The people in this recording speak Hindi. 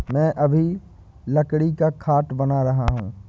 मैं अभी लकड़ी का खाट बना रहा हूं